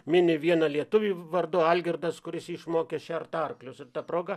mini vieną lietuvį vardu algirdas kuris jį išmokė šert arklius ir ta proga